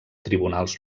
tribunals